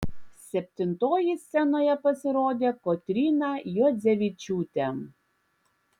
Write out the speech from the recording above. septintoji scenoje pasirodė kotryna juodzevičiūtė